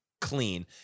clean